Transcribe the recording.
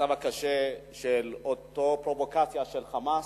המצב הקשה של אותה פרובוקציה של "חמאס",